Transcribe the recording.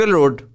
road